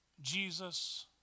Jesus